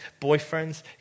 boyfriends